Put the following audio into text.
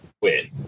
quit